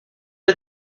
did